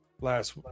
last